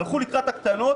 הלכו לקראת הקטנות,